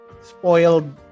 spoiled